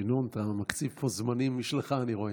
ינון, אתה מקציב פה זמנים משלך, אני רואה.